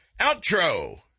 Outro